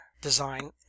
design